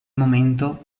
momento